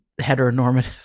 heteronormative